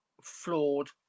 flawed